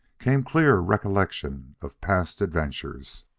came clear recollection of past adventures